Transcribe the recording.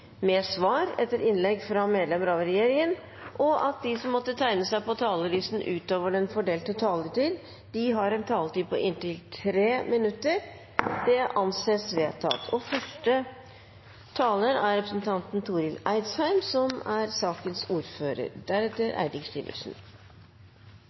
med svar etter innlegg fra medlemmer av regjeringen, og at de som måtte tegne seg på talerlisten utover den fordelte taletid, får en taletid på inntil 3 minutter. – Det anses vedtatt. Første taler er representanten Hege Jensen, som er